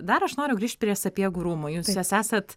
dar aš noriu grįžt prie sapiegų rūmų jūs juos esat